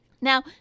Now